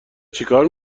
چیکار